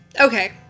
Okay